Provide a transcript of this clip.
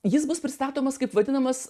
jis bus pristatomas kaip vadinamas